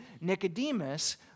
Nicodemus